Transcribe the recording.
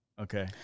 Okay